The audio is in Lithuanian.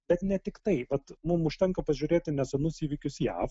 bet ne tiktai vat mum užtenka pažiūrėti nesenus įvykius jav